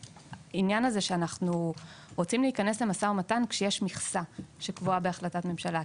אנחנו בעצם רוצים להיכנס למשא ומתן כשיש מכסה שקבועה בהחלטת ממשלה.